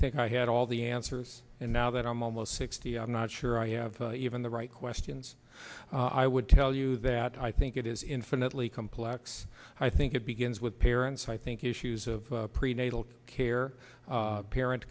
think i had all the answers and now that i'm almost sixty i'm not sure i have even the right questions i would tell you that i think it is infinitely complex i think it begins with parents i think issues of prenatal care parent